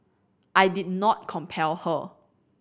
I did not compel her